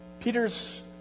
Peter's